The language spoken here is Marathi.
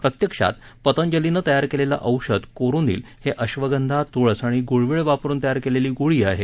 प्रत्यक्षात पतंजलीने तयार केलेलं औषध कोरोनील हे अब्रगंधा तुळस आणि गुळवेल वापरून तयार केलेली गोळी आहे